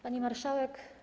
Pani Marszałek!